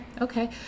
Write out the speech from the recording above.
okay